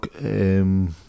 Look